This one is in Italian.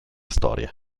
storie